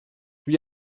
wie